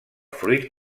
fruit